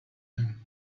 him